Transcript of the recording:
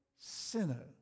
sinner